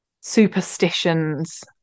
superstitions